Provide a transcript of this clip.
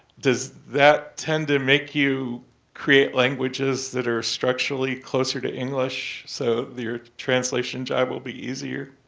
does that tend to make you create languages that are structurally closer to english so your translation job will be easier?